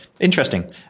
interesting